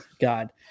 God